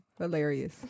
hilarious